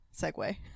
segue